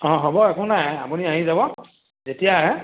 অঁ হ'ব একো নাই আপুনি আহি যাব যেতিয়া আহে